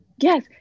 Yes